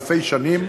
אלפי שנים,